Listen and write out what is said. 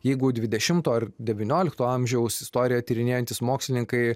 jeigu dvidešimto ar devyniolikto amžiaus istoriją tyrinėjantys mokslininkai